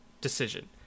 decision